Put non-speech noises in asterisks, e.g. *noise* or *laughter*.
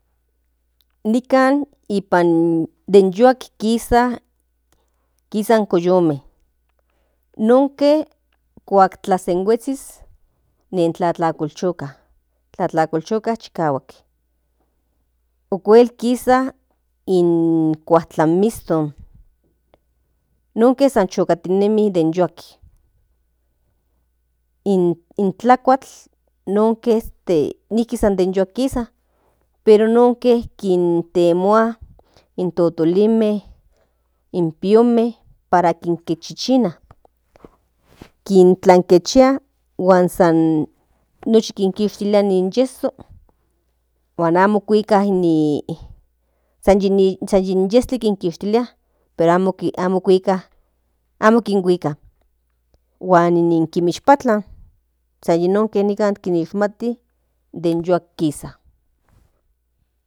Nikan nipan yoatl kisa in coyonme nonke kuak tlazhenhuezhis nen tlatlalkochoka chikahuak okuel kisa in cuajtlan miston n onke san chochokatenemi den yoak in tlakua nonke san den yoatl kisa pero nonke kintemua in totolinme in piome par kintlachichina *noise* kintlankechia huan san nochi kishtilia ni yeso huan amo kuika sanin yestli kishtilia pero amo kinhuika huan in kimishtlapan san yinon nikan kinshmati den yatl kisa.